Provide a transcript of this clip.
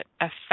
affect